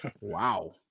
Wow